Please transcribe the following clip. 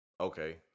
Okay